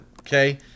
okay